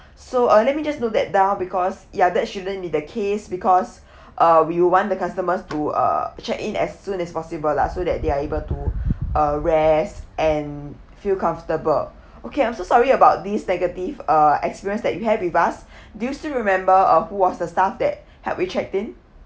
so uh let me just noted that down because ya that shouldn't be the case because uh we want the customers to uh check in as soon as possible lah so that they are able to uh rest and feel comfortable okay I'm so sorry about these negative uh experience that you have with us do you still remember uh who was the staff that help with checked in